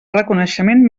reconeixement